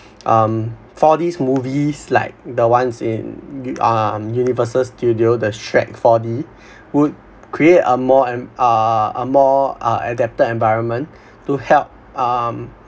um for these movies like the ones in um universal studio the shrek four D would create a more and uh a more adapted environment to help um